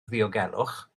ddiogelwch